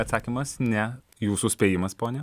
atsakymas ne jūsų spėjimas ponia